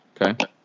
Okay